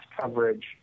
coverage